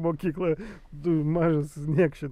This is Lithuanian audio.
mokykloje tu mažas niekše